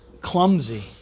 clumsy